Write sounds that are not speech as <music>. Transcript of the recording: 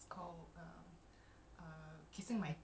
we'll find out ya but um <noise>